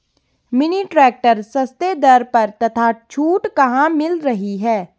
Mini tractor सस्ते दर पर तथा छूट कहाँ मिल रही है?